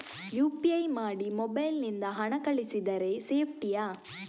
UPI ಮಾಡಿ mobile ನಿಂದ ಹಣ ಕಳಿಸಿದರೆ ಸೇಪ್ಟಿಯಾ?